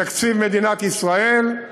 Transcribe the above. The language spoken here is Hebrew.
מתקציב מדינת ישראל,